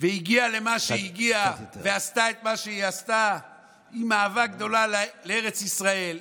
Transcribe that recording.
והגיעה למה שהגיעה ועשתה את מה שהיא עשתה עם אהבה גדולה לארץ ישראל,